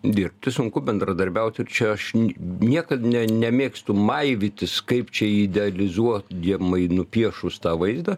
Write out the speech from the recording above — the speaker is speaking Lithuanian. dirbti sunku bendradarbiauti ir čia aš niekad ne nemėgstu maivytis kaip čia idealizuo jamai nupiešus tą vaizdą